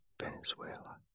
Venezuela